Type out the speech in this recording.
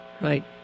Right